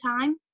time